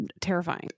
terrifying